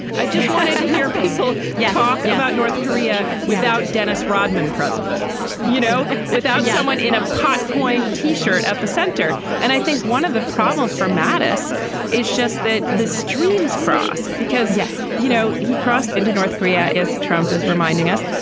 i just wanted to hear people yeah talking about north korea without dennis rodman present you know without yeah someone in a pot coin t-shirt at the center. and i think one of the problems for mattis is just that the streams crossed because yes you know he crossed into north korea is trump is reminding us.